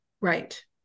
Right